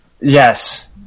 Yes